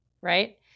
right